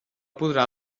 podrà